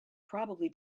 probably